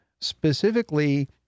specifically